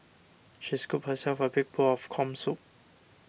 she scooped herself a big bowl of Corn Soup